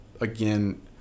again